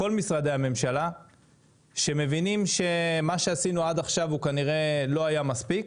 כל משרדי הממשלה שמבינים שמה שעשינו עד עכשיו כנראה לא היה מספיק